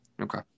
Okay